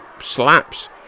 slaps